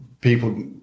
People